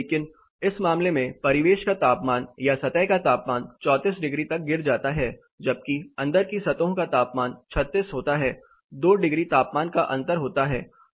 लेकिन इस मामले में परिवेश का तापमान या सतह का तापमान 34 डिग्री तक गिर जाता है जबकि अंदर की सतहों का तापमान 36 होता है 2 डिग्री तापमान का अंतर होता है